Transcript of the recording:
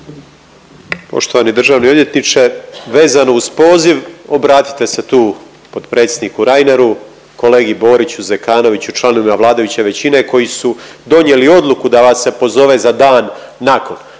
Poštovani državni odvjetniče, vezano uz poziv obratite se tu potpredsjedniku Reineru, kolegi Boriću, Zekanoviću, članovima vladajuće većine koji su donijeli odluku da vas se pozove za dan nakon.